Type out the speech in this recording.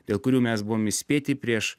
dėl kurių mes buvom įspėti prieš